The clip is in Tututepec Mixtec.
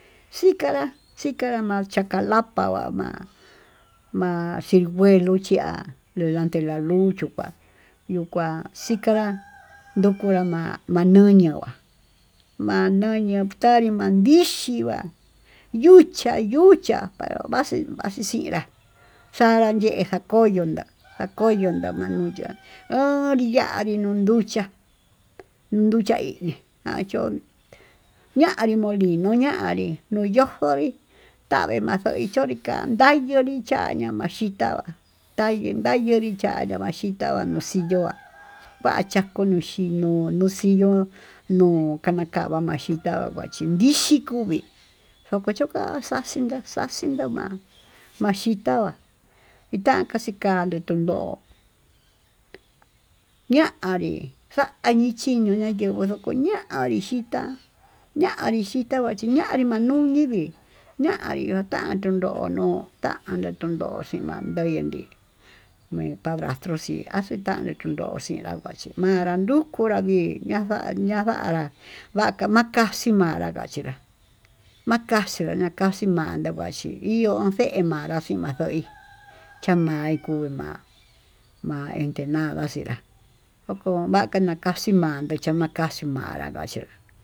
Xikanrá xikanrá macha kalapa huama'a, ma'a cirngueluu chi'á lelante la luu chupa'a yo'o kuá xika'a nduu kuá ma'a nanda yenguá mandoyo tayii mandixhí xhiva'a yuchi'á yuu ha vaxí vaxíi xinrá xanrá yeján, koyonda jankoyo ndanya hó nrianii nuduu nduchiá nunduchia hí nanyó, ñanrí molino ñanrí nuu yojonrí tavii maxo'o machonrí kandá chonri xaya'a maxhitá tayii nayonría cha'a ña'a maxhita va'a nuu xiyo'á, vaxhá kono xino'ó xiyo'o nuu kanda kaya maxii indanva nii ndixhii kuvii naxhia choka'a xaxhina xaxhina'a ma'a, maxhitava itanka xintake nduu ndo'o ñanrí jañii chinguo nayenguó ko'o ñanrí xhita'á ñanri xhita ñachí ñanrí vanuni vii, ñanrí vatan tuu nonó tanda tuu noxhi ma'a ndoyodi nii madrasto xhi'á axuu tanduu tuu noxii ndavaxhi ma'a nandukunrá vii ñaxa ñaxanrá manrá maxii ñanrá nagua chiká makaxi makaxi yandé ngua xhi ihó nunxhé manrá xii maxo'í, cha'a maikuma ma'a inchena'a naxinrá okon maka nakaxhii ma'a achamakaxii manrá xii.